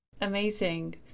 Amazing